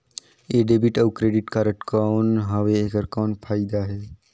ये डेबिट अउ credit card कौन हवे एकर कौन फाइदा हे?